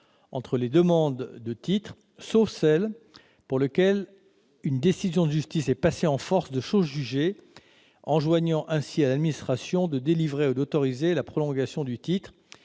entre les demandes de titre, sauf celles pour lesquelles une décision de justice est passée en force de chose jugée, enjoignant ainsi à l'administration de délivrer le titre ou d'autoriser sa prolongation.